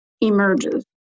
emerges